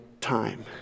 time